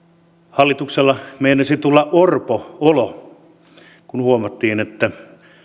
hallituksella meinasi tulla orpo olo kun huomattiin että